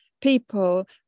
people